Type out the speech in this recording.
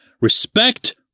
respect